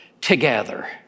together